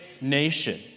nation